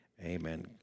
Amen